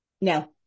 No